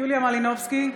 יוליה מלינובסקי,